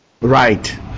Right